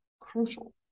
crucial